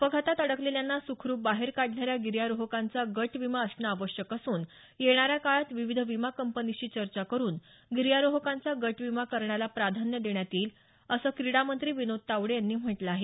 अपघातात अडकलेल्यांना सुखरुप बाहेर काढणाऱ्या गिर्यारोहकांचा गट विमा असणं ही अत्यंत आवश्यक असून येणाऱ्या काळात विविध विमा कंपनीशी चर्चा करुन गिर्यारोहकांचा गट विमा करण्याला प्राधान्य देण्यात येईल असं क्रीडा मंत्री विनोद तावडे यांनी म्हटलं आहे